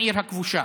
העיר הכבושה.